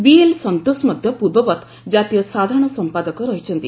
BL Santosh ମଧ୍ୟ ପୂର୍ବବତ୍ ଜାତୀୟ ସାଧାରଣ ସମ୍ପାଦକ ରହିଛନ୍ତି